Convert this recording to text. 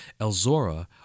Elzora